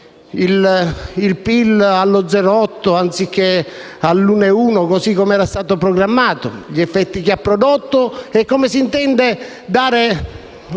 il PIL allo 0,8 per cento anziché al'1,1 così come era stato programmato, gli effetti che ha prodotto e come si intende dare